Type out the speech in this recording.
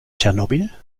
tschernobyl